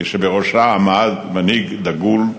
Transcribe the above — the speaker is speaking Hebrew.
כשבראשה עמד מנהיג דגול,